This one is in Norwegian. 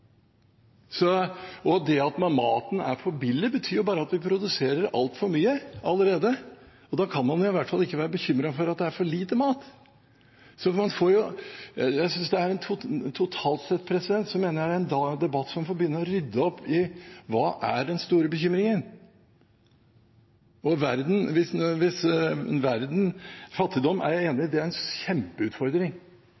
Det at maten er for billig, betyr jo bare at vi produserer altfor mye allerede. Da kan man i hvert fall ikke være bekymret for at det er for lite mat. Totalt sett mener jeg dette er en debatt der man får begynne å rydde opp i hva som er den store bekymringen. Fattigdom er – det er jeg enig i – en kjempeutfordring.